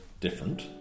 different